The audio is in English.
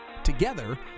together